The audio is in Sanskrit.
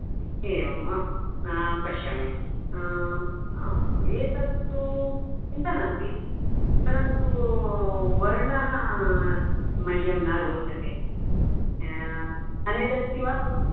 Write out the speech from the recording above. एवं वा पश्यामि एतद् तु चिन्ता नास्ति परन्तु वर्णः मह्यं न रोचते अन्यद् अस्ति वा